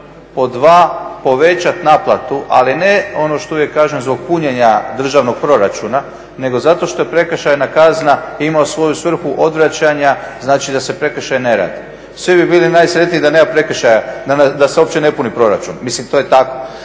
pod dva povećat naplatu ali ne ono što uvijek kažem zbog punjenja državnog proračuna nego zato što prekršajna kazna ima svoju svrhu odvraćanja znači da se prekršaj ne radi. Svi bi bili najsretniji da nema prekršaja, da se uopće ne puni proračun, to je tako.